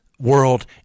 world